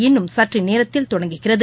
இன்னும் சற்றுநேரத்தில் தொடங்குகிறது